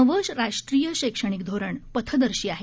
नवं राष्ट्रीय शक्तणिक धोरण पथदर्शी आहे